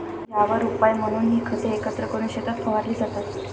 यावर उपाय म्हणून ही खते एकत्र करून शेतात फवारली जातात